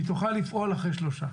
היא תוכל לפעול אחרי שלושה.